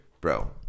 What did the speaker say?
Bro